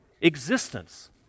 Existence